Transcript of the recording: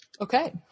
Okay